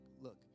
look